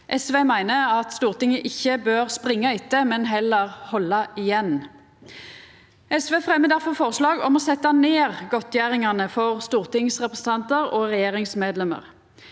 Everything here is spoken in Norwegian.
SV meiner at Stortinget ikkje bør springa etter, men heller halda igjen. SV fremjar difor forslag om å setja ned godtgjeringane for stortingsrepresentantar og regjeringsmedlemer.